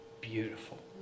beautiful